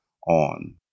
on